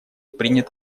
принят